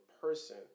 person